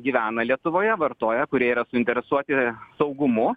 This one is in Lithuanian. gyvena lietuvoje vartoja kurie yra suinteresuoti saugumu